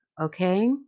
okay